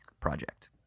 project